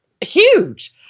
huge